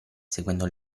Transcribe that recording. seguendo